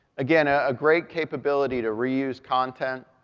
again, a great capability to reuse content.